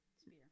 Spear